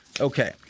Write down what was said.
Okay